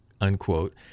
unquote